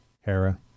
Hera